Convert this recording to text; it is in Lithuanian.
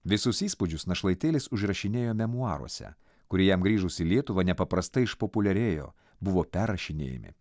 visus įspūdžius našlaitėlis užrašinėjo memuaruose kurie jam grįžus į lietuvą nepaprastai išpopuliarėjo buvo perrašinėjami